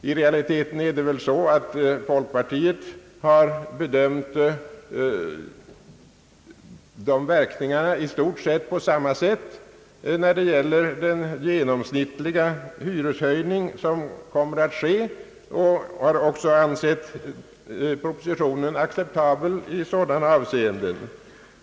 I realiteten har väl folkpartiet bedömt verkningarna i stort sett på samma sätt när det gäller den genomsnittliga hyreshöjning som kommer att ske. Folkpartiet har också ansett propositionen acceptabel i sådana avse enden.